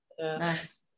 Nice